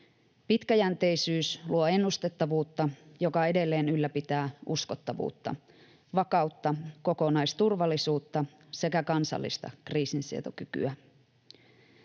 Pitkäjänteisyys luo ennustettavuutta, joka edelleen ylläpitää uskottavuutta, vakautta, kokonaisturvallisuutta sekä kansallista kriisinsietokykyä.